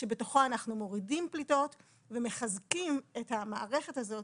ובתוכו אנחנו מורידים פליטות ומחזקים את המערכת הזאת